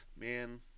man